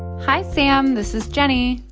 hi, sam. this is jenny.